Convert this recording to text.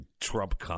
Trump